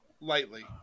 lightly